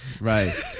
right